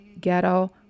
ghetto